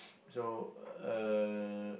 so uh